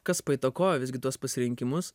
kas paįtakojo visgi tuos pasirinkimus